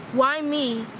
why me?